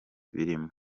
birimo